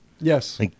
Yes